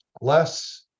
less